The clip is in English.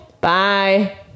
Bye